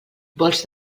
vols